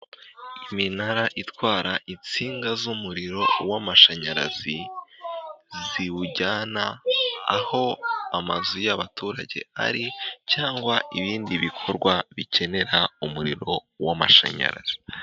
Iminara itwara insinga z'umuriro w'amashanyarazi, ziwujyana aho amazu y'abaturage ari cyangwa ibindi bikorwa bikenera umuriro w'amashanyarazi.